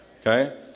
Okay